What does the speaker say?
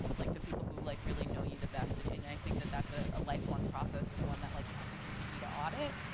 like the people who like really know you the best. and and i think that that's a lifelong process and one that like you have to continue to audit,